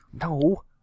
no